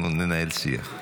אנחנו ננהל שיח.